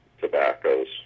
tobaccos